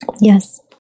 Yes